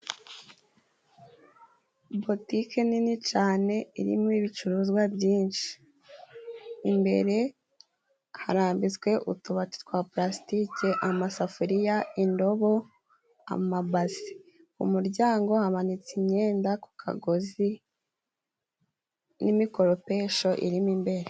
Botike nini cane irimo ibicuruzwa byinshi imbere harambitswe utubati twa palasitike ,amasafuriya, indobo amabasi, k'umuryango hamanitse imyenda ku kagozi n' imikoropesho irimo imbere.